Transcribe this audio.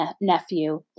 nephew